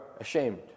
ashamed